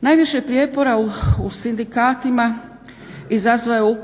Najviše prijepora u sindikatima izazvao